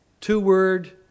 two-word